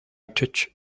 tech